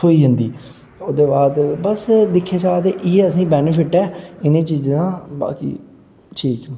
थ्होई जंदी ओह्दे बाद बस दिक्खे जा ते इ'यै असें ई बेनिफिट ऐ इ'नें चीज़ें दा बाकी ठीक